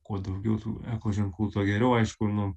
kuo daugiau tų eko ženklų tuo geriau aišku nu